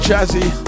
Jazzy